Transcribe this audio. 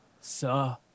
Sir